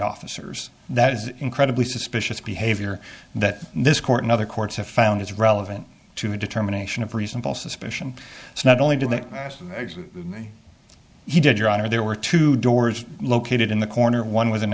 officers that is incredibly suspicious behavior that this court and other courts have found is relevant to a determination of reasonable suspicion as not only do that he did your honor there were two doors located in the corner one